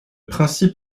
principe